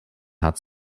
hat